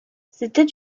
c’était